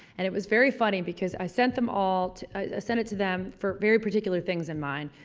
and it was very funny because i sent them all, i sent it to them for very particular things in mind.